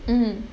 mm